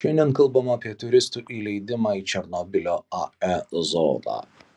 šiandien kalbama apie turistų įleidimą į černobylio ae zoną